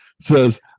says